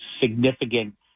significant